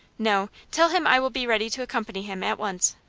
no. tell him i will be ready to accompany him at once.